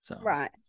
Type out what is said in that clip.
Right